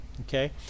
Okay